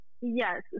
Yes